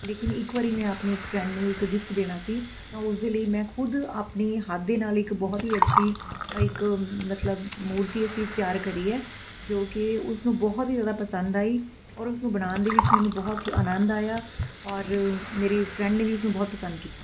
ਲੇਕਿਨ ਇੱਕ ਵਾਰੀ ਮੈਂ ਆਪਣੀ ਇੱਕ ਫ਼ਰੈਡ ਨੂੰ ਇੱਕ ਗਿਫ਼ਟ ਦੇਣਾ ਸੀ ਤਾਂ ਉਸਦੇ ਲਈ ਮੈਂ ਖੁਦ ਆਪਣੇ ਹੱਥ ਦੇ ਨਾਲ ਇੱਕ ਬਹੁਤ ਹੀ ਅੱਛੀ ਇੱਕ ਮਤਲਬ ਮੂਰਤੀ ਅਸੀਂ ਤਿਆਰ ਕਰੀ ਹੈ ਜੋ ਕਿ ਉਸਨੂੰ ਬਹੁਤ ਹੀ ਜ਼ਿਆਦਾ ਪਸੰਦ ਆਈ ਔਰ ਉਸਨੂੰ ਬਣਾਉਣ ਦੇ ਵਿੱਚ ਮੈਨੂੰ ਬਹੁਤ ਅਨੰਦ ਆਇਆ ਔਰ ਮੇਰੀ ਫ਼ਰੈਂਡ ਨੇ ਵੀ ਉਸਨੂੰ ਬਹੁਤ ਪਸੰਦ ਕੀਤਾ